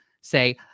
say